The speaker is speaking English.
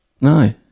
no